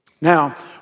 Now